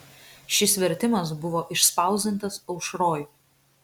šis vertimas buvo išspausdintas aušroj